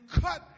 cut